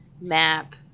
map